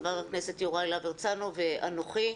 חבר הכנסת יוראי להב הרצנו ואנוכי,